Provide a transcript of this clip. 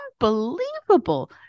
unbelievable